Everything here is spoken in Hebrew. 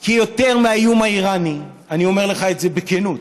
כי יותר מהאיום האיראני, אני אומר לך את זה בכנות.